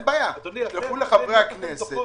אין בעיה, תשלחו לחברי הכנסת.